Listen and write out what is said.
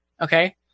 okay